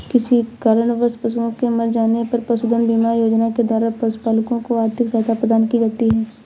किसी कारणवश पशुओं के मर जाने पर पशुधन बीमा योजना के द्वारा पशुपालकों को आर्थिक सहायता प्रदान की जाती है